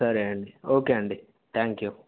సరే అండి ఓకే అండి థ్యాంక్ యూ